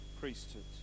priesthood